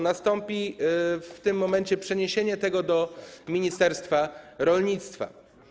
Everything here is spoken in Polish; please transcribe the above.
Nastąpi w tym momencie przeniesienie tego do ministerstwa rolnictwa.